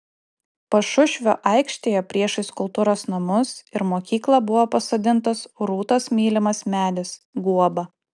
pašušvio aikštėje priešais kultūros namus ir mokyklą buvo pasodintas rūtos mylimas medis guoba